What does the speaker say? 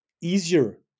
easier